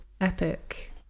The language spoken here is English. epic